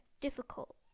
Difficult